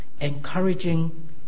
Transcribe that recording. encouraging